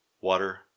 water